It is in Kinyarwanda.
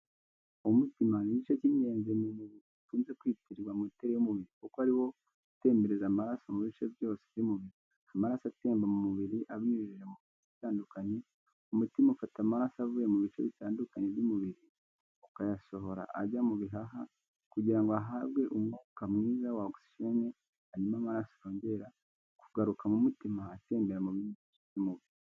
Umutima ni igice cy’ingenzi mu mubiri gikunze kwitirirwa moteri y’umubiri, kuko ari wo utembereza amaraso mu bice byose by’umubiri. Amaraso atemba mu mubiri abinyujije mu mitsi itandukanye, umutima ufata amaraso avuye mu bice bitandukanye by’umubiri ukayasohora ajya mu bihaha kugira ngo ahabwe umwuka mwiza wa oxygen, hanyuma amaraso yongera kugaruka mu mutima atembere mu bindi bice by’umubiri.